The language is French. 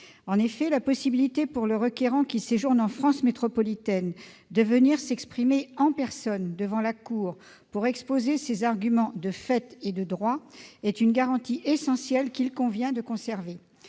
d'asile. La possibilité, pour le requérant qui séjourne en France métropolitaine, de venir s'exprimer en personne devant la CNDA pour exposer ses arguments de fait et de droit est une garantie essentielle qu'il convient de conserver.